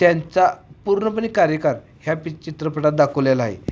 त्यांचा पूर्णपणे कार्यकाळ ह्या पि चित्रपटात दाखवलेला आहे